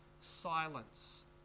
silence